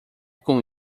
com